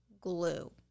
glue